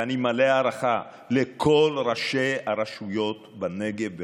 ואני מלא הערכה לכל ראשי הרשויות בנגב,